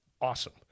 awesome